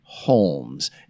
Holmes